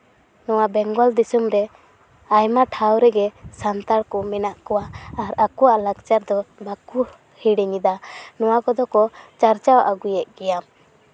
ᱱᱚᱶᱟ ᱵᱮᱝᱜᱚᱞ ᱫᱤᱥᱚᱢ ᱨᱮ ᱟᱭᱢᱟ ᱴᱷᱟᱶ ᱨᱮᱜᱮ ᱥᱟᱱᱛᱟᱲ ᱠᱚ ᱢᱮᱱᱟᱜ ᱠᱚᱣᱟ ᱟᱠᱚᱣᱟᱜ ᱞᱟᱠᱪᱟᱨ ᱫᱚ ᱵᱟᱠᱚ ᱦᱤᱲᱤᱧᱮᱫᱟ ᱱᱚᱶᱟ ᱠᱚᱫᱚ ᱠᱚ ᱪᱟᱨᱪᱟᱣ ᱟᱜᱩᱭᱮᱫ ᱜᱮᱭᱟ